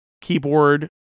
keyboard